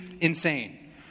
insane